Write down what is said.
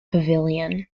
pavilion